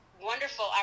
wonderful